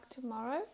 tomorrow